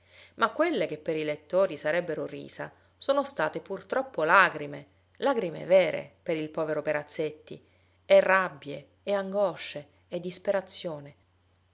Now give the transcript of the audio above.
ma quelle che per i lettori sarebbero risa sono state pur troppo lagrime lagrime vere per il povero perazzetti e rabbie e angosce e disperazione